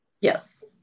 Yes